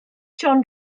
john